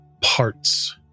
parts